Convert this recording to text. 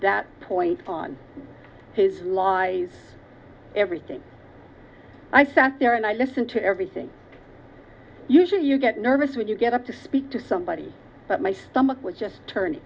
that point on his lies everything i sat there and i listen to everything usually you get nervous when you get up to speak to somebody but my stomach was just turning